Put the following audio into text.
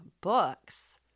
books